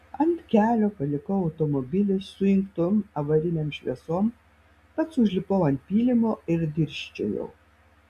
ant kelio palikau automobilį su įjungtom avarinėm šviesom pats užlipau ant pylimo ir dirsčiojau